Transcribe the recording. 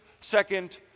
second